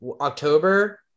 October